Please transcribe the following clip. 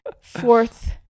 fourth